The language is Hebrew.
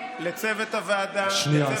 לצוות הוועדה, שנייה.